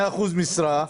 100 אחוזי משרה,